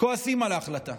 כועסים על ההחלטה.